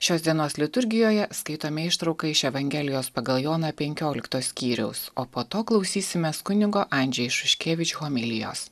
šios dienos liturgijoje skaitome ištrauką iš evangelijos pagal joną penkiolikto skyriaus o po to klausysimės kunigo andžei šuškevič homilijos